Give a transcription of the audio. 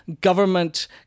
government